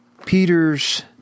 Peter's